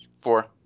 four